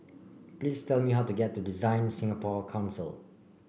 please tell me how to get to DesignSingapore Council